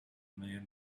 million